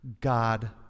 God